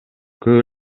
көп